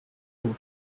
route